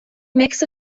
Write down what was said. mix